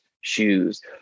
shoes